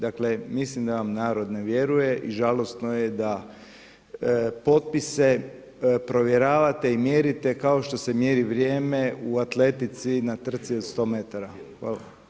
Dakle, mislim da vam narod ne vjeruje i žalosno je da potpise provjeravate i mjerite kao što se mjeri vrijeme u atletici na trci od 100 m. Hvala.